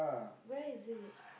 where is it